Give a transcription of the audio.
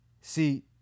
See